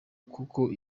kuko